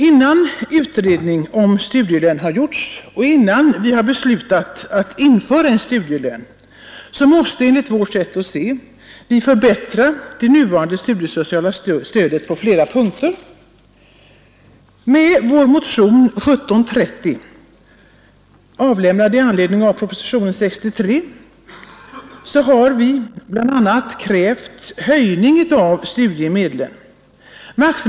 Innan utredning om studielön har gjorts och innan vi har beslutat införa studielön måste vi enligt vårt sätt att se förbättra det nuvarande studiesociala stödet på flera punkter. I vår motion 1730, väckt med anledning av propositionen 63, har vi bl.a. krävt höjning av studiemedlen.